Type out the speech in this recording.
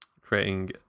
creating